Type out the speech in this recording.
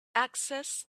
access